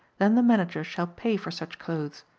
then the manager shall pay for such clothes,